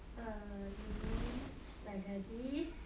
err you mean spaghettis